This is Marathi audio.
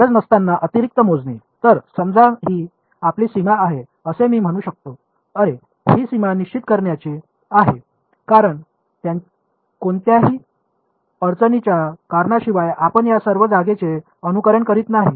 गरज नसताना अतिरिक्त मोजणी तर समजा ही आपली सीमा आहे असे मी म्हणू शकतो अरे ही सीमा निश्चित करायची आहे कारण कोणत्याही अडचणीच्या कारणाशिवाय आपण या सर्व जागेचे अनुकरण करीत नाही